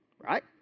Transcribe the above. right